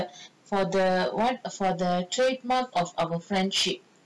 okay okay okay okay for the for the what for the trademark of our friendship